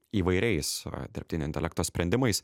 įvairiais dirbtinio intelekto sprendimais